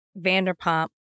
Vanderpump